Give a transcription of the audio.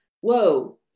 whoa